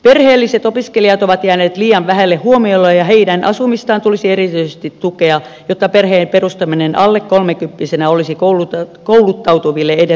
perheelliset opiskelijat ovat jääneet liian vähälle huomiolle ja heidän asumistaan tulisi erityisesti tukea jotta perheiden perustaminen alle kolmekymppisenä olisi kouluttautuville edes mahdollista